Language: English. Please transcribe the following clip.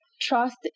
Trust